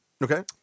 Okay